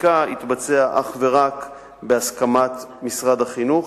החקיקה יתבצע אך ורק בהסכמת משרד החינוך.